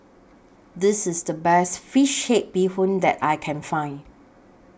This IS The Best Fish Head Bee Hoon that I Can Find